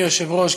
אדוני היושב-ראש,